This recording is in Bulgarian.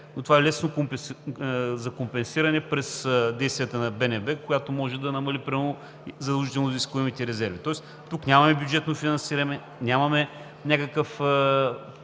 но това е лесно за компенсиране през действията на БНБ, която може да намали примерно задължително изискуемите резерви. Тоест тук нямаме бюджетно финансиране, нямаме някакъв